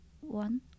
one